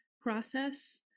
process